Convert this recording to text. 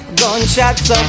gunshots